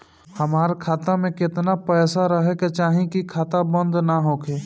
हमार खाता मे केतना पैसा रहे के चाहीं की खाता बंद ना होखे?